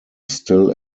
still